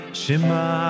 shema